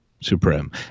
supreme